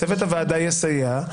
צוות הוועדה יסייע,